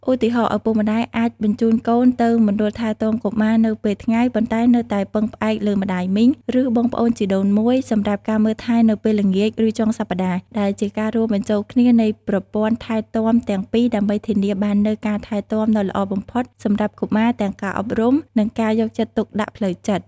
ឧទាហរណ៍ ឪពុកម្ដាយអាចបញ្ជូនកូនទៅមណ្ឌលថែទាំកុមារនៅពេលថ្ងៃ ប៉ុន្តែនៅតែពឹងផ្អែកលើម្ដាយមីង ឬបងប្អូនជីដូនមួយសម្រាប់ការមើលថែនៅពេលល្ងាច ឬចុងសប្ដាហ៍ ដែលជាការរួមបញ្ចូលគ្នានៃប្រព័ន្ធថែទាំទាំងពីរដើម្បីធានាបាននូវការថែទាំដ៏ល្អបំផុតសម្រាប់កុមារ ទាំងការអប់រំ និងការយកចិត្តទុកដាក់ផ្លូវចិត្ត។